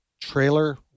trailer